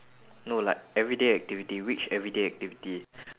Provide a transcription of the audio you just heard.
no like everyday activity which everyday activity